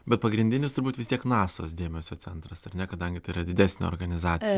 bet pagrindinis turbūt vis tiek nasos dėmesio centras ar ne kadangi tai yra didesnė organizacija